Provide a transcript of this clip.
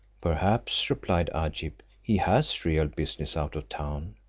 perhaps, replied agib, he has real business out of town,